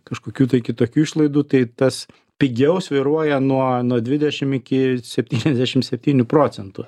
kažkokių tai kitokių išlaidų tai tas pigiau svyruoja nuo nuo dvidešim iki septyniasešim septynių procentų